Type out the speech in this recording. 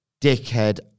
dickhead